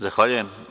Zahvaljujem.